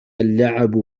اللعب